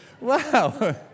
Wow